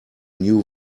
new